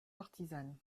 partisane